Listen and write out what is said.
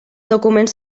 documents